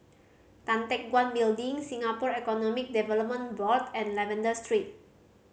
Tan Teck Guan Building Singapore Economic Development Board and Lavender Street